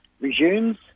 resumes